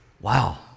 Wow